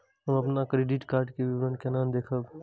हम अपन credit card के विवरण केना देखब?